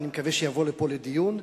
ואני מקווה שיובא לפה לדיון,